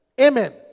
Amen